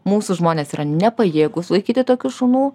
mūsų žmonės yra nepajėgūs laikyti tokių šunų